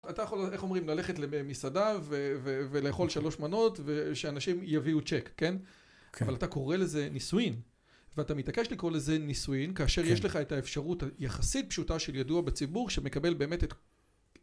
אתה יכול, איך אומרים, ללכת לב-מסעדה, ו-ולאכול שלוש מנות, ושאנשים יביאו צ'ק, כן? כן. אבל אתה קורא לזה נישואין. ואתה מתעקש לקרוא לזה נישואין, כן. כאשר יש לך את האפשרות היחסית פשוטה של ידוע בציבור שמקבל באמת את...